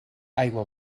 aigua